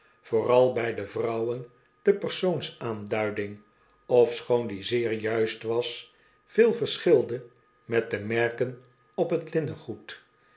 vooral bij de vrouwen de persoonsaanduiding ofschoon die zeer juist was veel verschilde met de merken op t